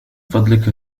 فضلك